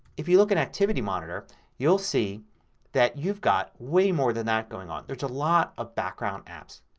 if you look in activity monitor you'll see that you've got way more than that going on. there's a lot of background apps